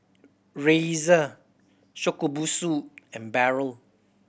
Razer Shokubutsu and Barrel